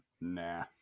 nah